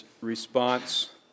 response